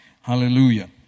Hallelujah